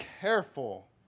careful